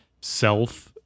self